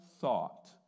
thought